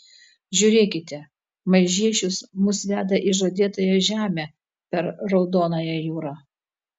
žiūrėkite maižiešius mus veda į žadėtąją žemę per raudonąją jūrą